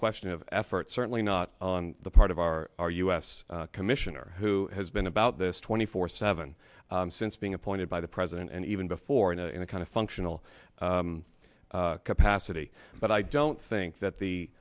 question of effort certainly not on the part of our our u s commissioner who has been about this twenty four seven since being appointed by the president and even before in a kind of functional capacity but i don't think that the